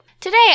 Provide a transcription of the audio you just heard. Today